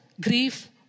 grief